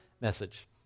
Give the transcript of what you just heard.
message